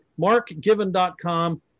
markgiven.com